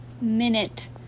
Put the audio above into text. minute